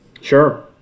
Sure